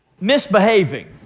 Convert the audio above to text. misbehaving